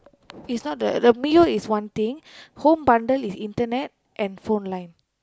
it's not the the Mio is one thing home bundle is internet and phone line